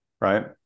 right